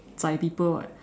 zai people [what]